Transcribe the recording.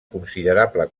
considerable